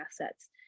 assets